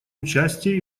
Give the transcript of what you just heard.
участие